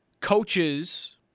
coaches